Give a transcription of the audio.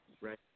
Right